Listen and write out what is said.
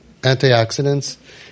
antioxidants